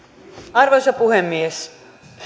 arvoisa puhemies